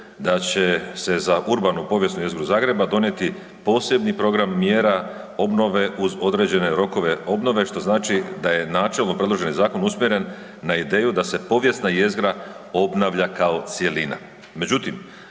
da će se za urbanu povijesnu jezgru Zagreba donijeti posebni program mjera obnove uz određene rokove obnove što znači da je načelno predloženi zakon usmjeren na ideju da se povijesna jezgra obnavlja kao cjelina.